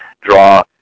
draw